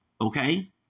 Okay